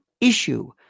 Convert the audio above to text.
issue